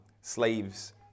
slaves